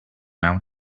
out